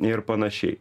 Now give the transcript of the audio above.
ir panašiai